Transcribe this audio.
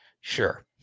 Sure